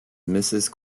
mrs